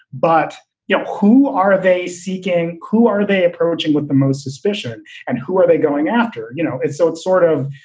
but you know who are they seeking? who are they approaching with the most suspicion and who are they going after? you know, it's so it's sort of